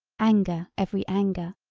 anger every anger,